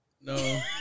No